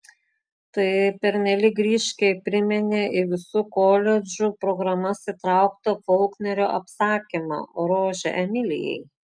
tai pernelyg ryškiai priminė į visų koledžų programas įtrauktą folknerio apsakymą rožė emilijai